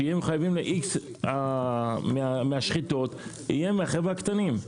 שיהיו חייבים X מהשחיטות יהיה מהחבר'ה הקטנים,